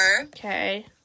Okay